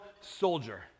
soldier